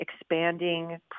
expanding